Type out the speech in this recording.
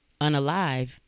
unalive